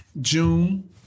June